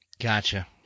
Gotcha